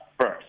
first